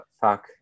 fuck